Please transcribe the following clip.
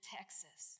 Texas